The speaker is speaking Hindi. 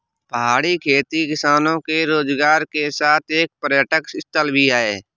पहाड़ी खेती किसानों के रोजगार के साथ एक पर्यटक स्थल भी है